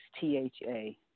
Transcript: T-H-A